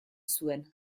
zuen